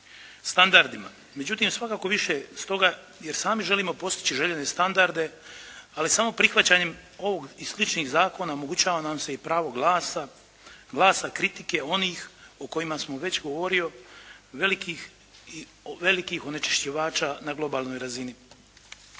standardima. Međutim svakako više stoga jer sami želimo postići željene standarde, ali samo prihvaćanjem ovog i sličnih zakona omogućava nam se i pravo glasa, glasa kritike onih o kojima sam već govorio, velikih onečišćivača na globalnoj razini.